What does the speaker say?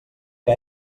que